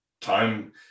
time